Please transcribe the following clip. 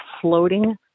floating